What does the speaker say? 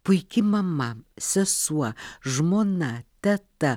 puiki mama sesuo žmona teta